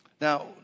Now